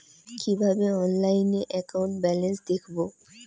কিভাবে অনলাইনে account balance দেখবো?